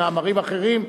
במאמרים אחרים,